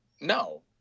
no